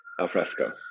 Alfresco